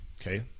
okay